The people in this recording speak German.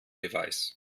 beweis